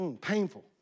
Painful